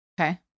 Okay